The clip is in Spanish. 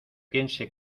piense